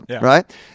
right